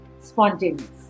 spontaneous